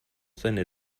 seine